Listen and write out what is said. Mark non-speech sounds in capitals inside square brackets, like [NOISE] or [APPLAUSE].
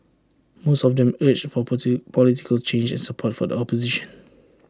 most of them urged for [UNINTELLIGIBLE] political change and support for the opposition